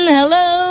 Hello